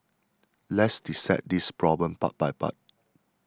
let's dissect this problem part by part